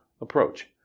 approach